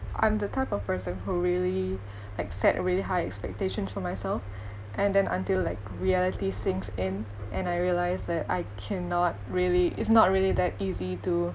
I'm the type of person who really like set a really high expectation for myself and then until like reality sinks in and I realise that I cannot really it's not really that easy to